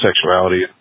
sexuality